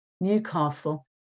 Newcastle